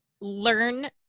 Learn